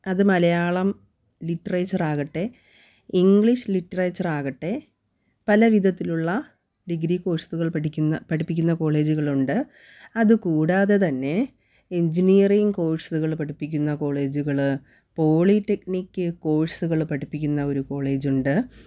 അത് മലയാളം ലിറ്ററേച്ചർ ആകട്ടെ English literature ആകട്ടെ പല വിധത്തിലുള്ള ഡിഗ്രി കോഴ്സുകൾ പഠിക്കുന്ന പഠിപ്പിക്കുന്ന കോളേജുകൾ ഉണ്ട് അത് കൂടാതെ തന്നെ എഞ്ചിനിയറിങ്ങ് കോഴ്സുകൾ പഠിപ്പിക്കുന്ന കോളേജുകൾ പോളിടെക്നിക് കോഴ്സുകൾ പഠിപ്പിക്കുന്ന ഒരു കോളജുണ്ട്